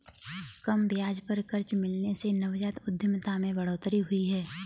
कम ब्याज पर कर्ज मिलने से नवजात उधमिता में बढ़ोतरी हुई है